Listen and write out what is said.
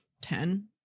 ten